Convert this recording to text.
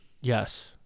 yes